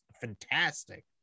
fantastic